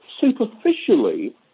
Superficially